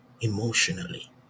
emotionally